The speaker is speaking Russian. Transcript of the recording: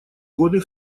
годы